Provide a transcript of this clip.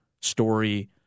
story